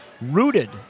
rooted